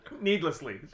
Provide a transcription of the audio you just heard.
Needlessly